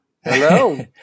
hello